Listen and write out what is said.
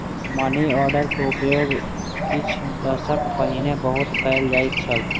money order के उपयोग किछ दशक पहिने बहुत कयल जाइत छल